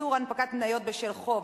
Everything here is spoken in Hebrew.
איסור הנפקת מניות בשל חוב),